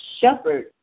shepherd